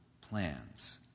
plans